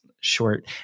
short